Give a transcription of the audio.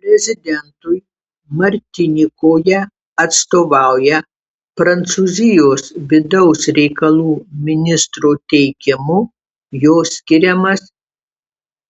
prezidentui martinikoje atstovauja prancūzijos vidaus reikalų ministro teikimu jo skiriamas